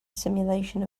simulation